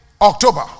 October